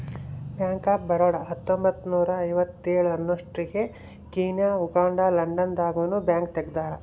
bank of Baroda ಹತ್ತೊಂಬತ್ತ್ನೂರ ಐವತ್ತೇಳ ಅನ್ನೊಸ್ಟಿಗೆ ಕೀನ್ಯಾ ಉಗಾಂಡ ಲಂಡನ್ ದಾಗ ನು ಬ್ಯಾಂಕ್ ತೆಗ್ದಾರ